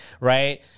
Right